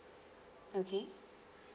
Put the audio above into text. okay